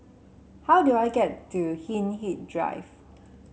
how do I get to Hindhede Drive